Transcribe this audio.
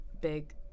big